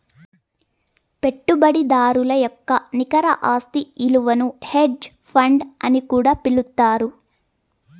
పెట్టుబడిదారుల యొక్క నికర ఆస్తి ఇలువను హెడ్జ్ ఫండ్ అని కూడా పిలుత్తారు